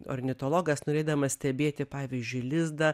ornitologas norėdamas stebėti pavyzdžiui lizdą